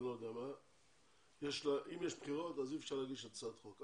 אי אפשר להגיש הצעת חוק.